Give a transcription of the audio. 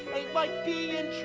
like being